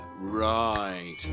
right